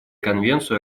конвенцию